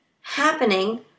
happening